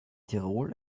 tirol